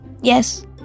Yes